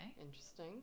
Interesting